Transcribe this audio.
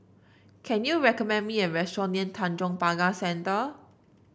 can you recommend me a restaurant near Tanjong Pagar Centre